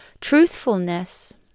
Truthfulness